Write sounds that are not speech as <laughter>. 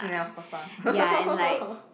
ya of course lah <laughs>